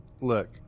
look